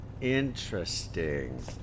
Interesting